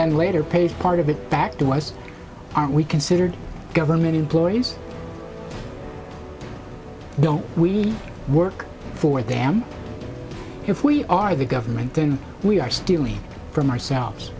then later pays part of it back to us aren't we considered government employees don't we work for them if we are the government then we are stealing from ourselves